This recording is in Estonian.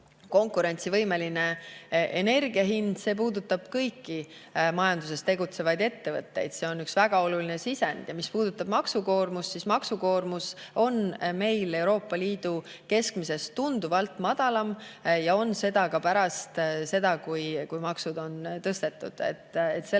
konkurentsivõimeline, see puudutab kõiki majanduses tegutsevaid ettevõtteid, ja see on väga oluline sisend. Mis puudutab maksukoormust, siis see on meil Euroopa Liidu keskmisest tunduvalt madalam, ka pärast seda, kui maksud on tõstetud.